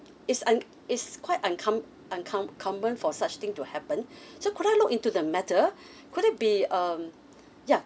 is un~ is quite uncom~ uncom~ common for such thing to happen so could I look into the matter could it be um ya